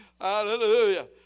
Hallelujah